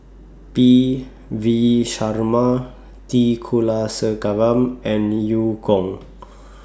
P V Sharma T Kulasekaram and EU Kong